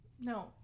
No